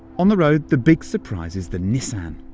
on the road, the big surprise is the nissan.